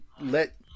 let